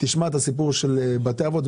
תשמע את הסיפור של בתי האבות.